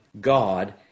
God